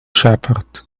shepherd